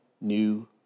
new